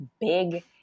big